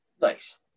Nice